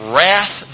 Wrath